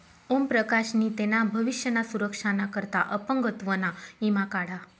ओम प्रकाश नी तेना भविष्य ना सुरक्षा ना करता अपंगत्व ना ईमा काढा